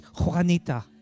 Juanita